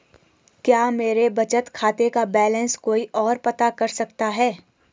क्या मेरे बचत खाते का बैलेंस कोई ओर पता कर सकता है?